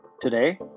Today